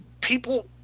people